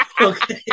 Okay